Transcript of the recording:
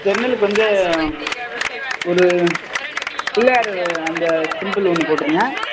ஜன்னலுக்கு வந்து ஒரு பிள்ளையார் அந்த சிம்பல் ஒன்று போட்டுடுங்க